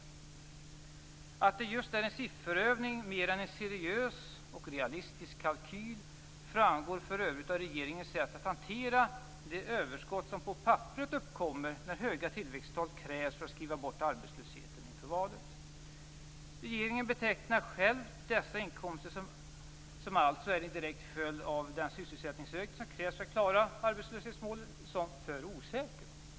Att det är just en sifferövning mer än en seriös och realistisk kalkyl framgår för övrigt av regeringens sätt att hantera det överskott som på papperet uppkommer när höga tillväxttal krävs för att skriva bort arbetslösheten inför valet. Regeringen betecknar själv dessa inkomster - som alltså är en direkt följd av den sysselsättningsökning som krävs för att klara arbetslöshetsmålet - för "osäkra".